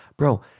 Bro